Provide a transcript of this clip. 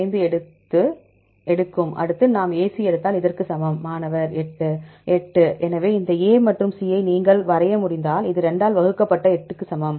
5 எடுக்கும் அடுத்து நாம் AC எடுத்தால் இதற்கு சமம் மாணவர் 8 8 எனவே இந்த A மற்றும் C ஐ நீங்கள் வரைய முடிந்தால் இது 2 ஆல் வகுக்கப்பட்ட 8 க்கு சமம்